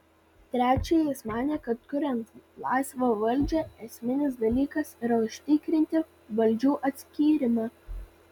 trečia jis manė kad kuriant laisvą valdžią esminis dalykas yra užtikrinti valdžių atskyrimą